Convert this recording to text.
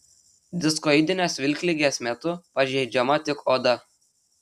diskoidinės vilkligės metu pažeidžiama tik oda